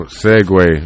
segue